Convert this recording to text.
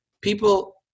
People